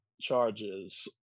charges